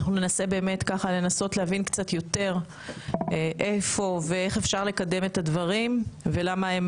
אנחנו ננסה להבין קצת יותר איפה ואיך אפשר לקדם את הדברים ,ולמה יש